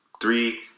Three